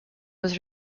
was